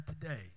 today